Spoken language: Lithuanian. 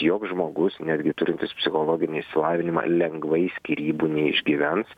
joks žmogus netgi turintis psichologinį išsilavinimą lengvai skyrybų neišgyvens